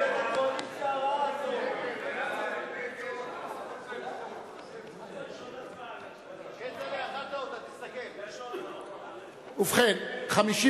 ההצעה להעביר את הצעת חוק בתי-המשפט (תיקון מס' 66)